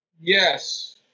Yes